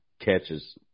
catches